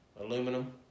aluminum